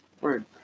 word